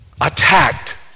attacked